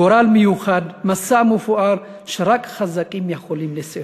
גורל מיוחד, מסע מפואר שרק חזקים יכולים לשאתו"